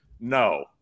No